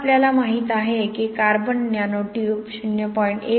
आता आपल्याला माहित आहे की कार्बन नॅनो ट्यूब 0